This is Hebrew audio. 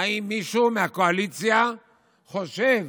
האם מישהו מהקואליציה חושב